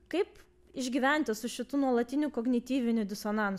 kaip išgyventi su šituo nuolatiniu kognityviniu disonansu